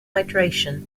hydration